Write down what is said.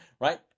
right